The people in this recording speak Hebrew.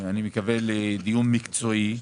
אני מקווה לדיון מקצועי,